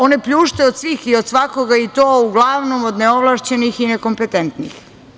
One pljušte i od svih i od svakoga i to uglavnom od neovlašećnih i nekompententnih.